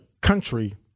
country